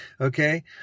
Okay